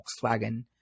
Volkswagen